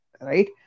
right